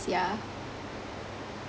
yeah